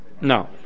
no